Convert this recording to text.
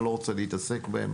אני לא רוצה להתעסק בהם